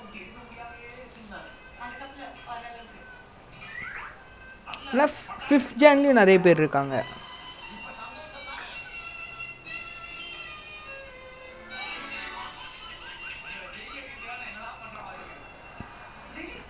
dude that means I think six january legit our company were all school people I just realise eh because like I know chris greg matthew alan me khatik that's only a few I think he alan say there's a group of people six january like they got a group WhatsApp group you know